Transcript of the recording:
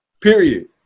Period